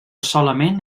solament